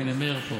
הינה, מאיר פה.